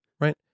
Right